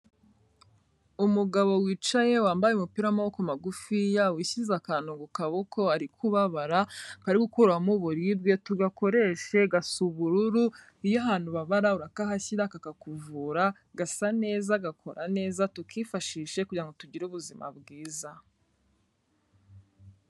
Umugabo wicaye wambaye umupira w'amaboko magufiya, wishyize akantu ku kaboko ari kubabara, kari gukuramo uburibwe, tugakoreshe gasa ubururu. Iyo ahantu ubabara urakahashyira kakakuvura, gasa neza, gakora neza tukifashishe kugira ngo tugire ubuzima bwiza.